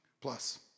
plus